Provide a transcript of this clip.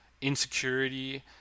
insecurity